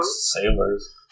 Sailors